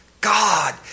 God